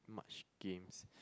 much games